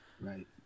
right